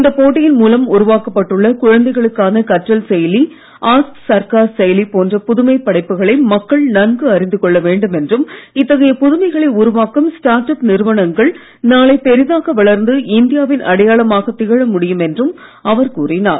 இந்த போட்டியின் மூலம் உருவாக்கப்பட்டுள்ள குழந்தைகளுக்கான கற்றல் செயலி ஆஸ்க் சர்க்கார் செயலி போன்ற புதுமை படைப்புகளை மக்கள் நன்கு அறிந்து கொள்ள வேண்டும் என்றும் இத்தகைய புதுமைகளை உருவாக்கும் ஸ்டார்ட் அப் நிறுவனங்கள் நாளை பெரிதாக வளர்ந்து இந்தியாவின் அடையாளமாக திகழ முடியும் என்றும் அவர் கூறினார்